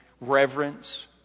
reverence